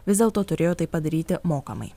vis dėlto turėjo tai padaryti mokamai